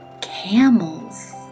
camels